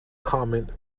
comment